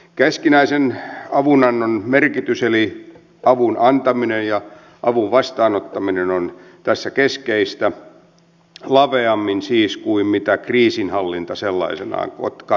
keskinäisen avunannon merkitys eli avun antaminen ja avun vastaanottaminen on tässä keskeistä siis laveammin kuin mitä kriisinhallinta sellaisenaan kattaa ja tarkoittaa